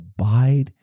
abide